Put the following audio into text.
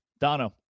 Dono